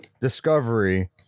discovery